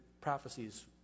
prophecies